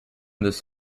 this